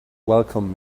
welcomed